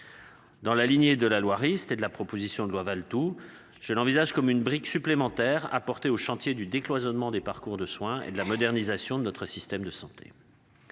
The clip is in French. Dans la lignée de la loi, Rist et de la proposition de loi Valletoux, je l'envisage comme une brique supplémentaire apportée au chantier du décloisonnement des parcours de soins et de la modernisation de notre système de santé.